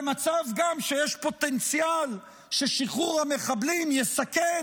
במצב שגם יש פוטנציאל ששחרור המחבלים יסכן,